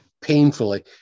painfully